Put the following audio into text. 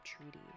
Treaty